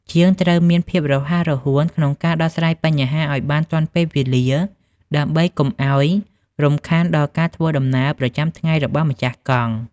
ជាងត្រូវមានភាពរហ័សរហួនក្នុងការដោះស្រាយបញ្ហាឱ្យបានទាន់ពេលវេលា ដើម្បីកុំឱ្យរំខានដល់ការធ្វើដំណើរប្រចាំថ្ងៃរបស់ម្ចាស់កង់។